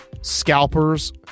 Scalpers